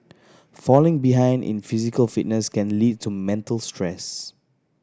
falling behind in physical fitness can lead to mental stress